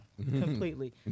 completely